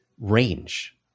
range